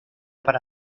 para